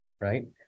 right